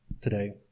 today